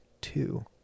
two